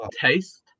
Taste